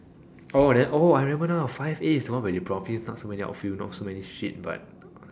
oh then oh I remember now five A is the one where they promise not so many outfield not so many shit but